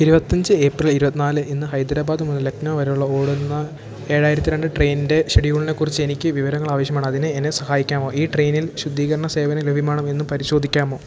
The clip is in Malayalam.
ഇരുപത്തഞ്ച് ഏപ്രിൽ ഇരുപത്തിനാല് ഇന്ന് ഹൈദരാബാദ് മുതൽ ലക്നൗ വരെയുള്ള ഓടുന്ന ഏഴായിരത്തി രണ്ട് ട്രെയിനിൻ്റെ ഷെഡ്യൂളിനെക്കുറിച്ച് എനിക്ക് വിവരങ്ങൾ ആവശ്യമാണ് അതിന് എന്നെ സഹായിക്കാമോ ഈ ട്രെയിനിൽ ശുദ്ധീകരണ സേവനം ലഭ്യമാണോ എന്നും പരിശോധിക്കാമോ